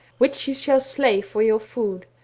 which you shall slay for your food,